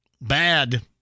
bad